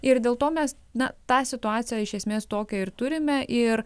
ir dėl to mes na tą situaciją iš esmės tokią ir turime ir